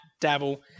Dabble